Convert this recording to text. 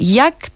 jak